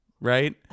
right